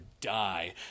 die